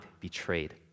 betrayed